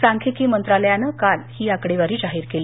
सांख्यिकी मंत्रालयानं काल ही आकडेवारी जाहीर केली